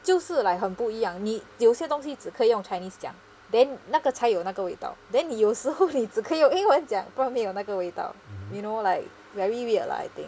就是 like 很不一样你有些东西只可以用 chinese 讲 then 那个才有那个味道 then 有时候你只可以用英文讲不然没有那个味道 you know like very weird lah I think